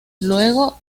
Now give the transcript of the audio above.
luego